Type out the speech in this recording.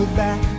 back